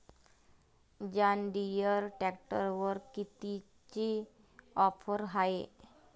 John Deere ट्रॅक्टरवर कितीची offer हाये?